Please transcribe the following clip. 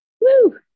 woo